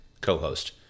co-host